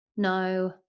No